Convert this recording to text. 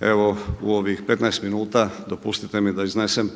Evo u ovih 15 minuta dopustite mi da iznesem